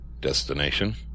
Destination